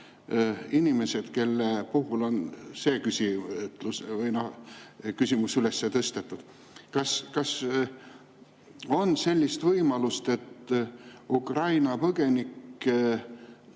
inimesed, kelle puhul on see küsimus üles tõstetud. Kas on ka selline võimalus, et Ukraina põgenike